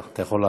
אתה יכול לעלות.